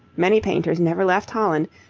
many painters never left holland,